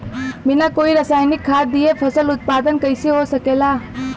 बिना कोई रसायनिक खाद दिए फसल उत्पादन कइसे हो सकेला?